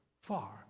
far